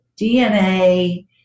DNA